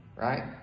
right